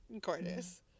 gorgeous